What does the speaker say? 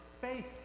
faith